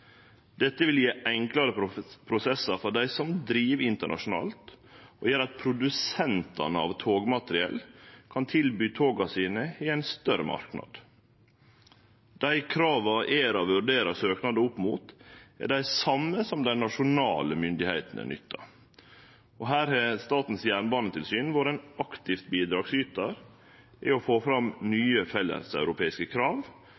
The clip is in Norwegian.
Dette vil gje enklare prosessar for dei som driv internasjonalt, og gjer at produsentane av togmateriell kan tilby toga sine i ein større marknad. Dei krava ERA vurderer søknadar opp mot, er dei same som dei nasjonale myndigheitene nyttar. Her har Statens jernbanetilsyn vore ein aktiv bidragsytar i å få fram nye felleseuropeiske krav